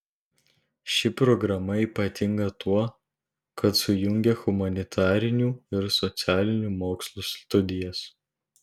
ši programa ypatinga tuo kad sujungia humanitarinių ir socialinių mokslų studijas